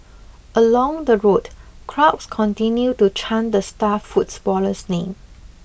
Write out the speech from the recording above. along the road crowds continued to chant the star footballer's name